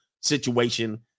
situation